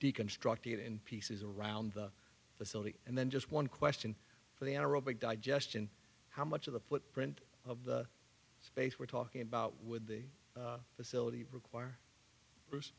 deconstructing it in pieces around the facility and then just one question for the anaerobic digestion how much of the footprint of the space we're talking about would the facility require bruce